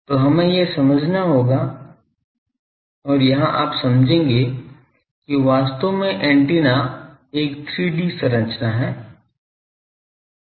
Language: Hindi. तो हमें यह समझना होगा और यहां आप समझेंगे कि वास्तव में एंटीना एक 3 डी संरचना है